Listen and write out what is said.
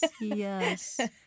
yes